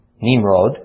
Nimrod